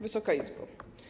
Wysoka Izbo!